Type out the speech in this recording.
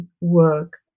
work